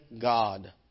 God